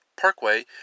Parkway